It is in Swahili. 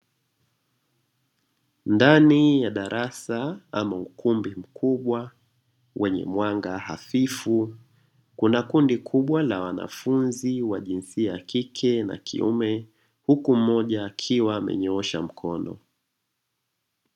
Ndani ya darasa ama ukumbi mkubwa wenye mwanga hafifu. Kuna kundi kubwa la wanafunzi wa jinsia ya kike na kiume. Huku mmoja akiwa amenyoosha mkono.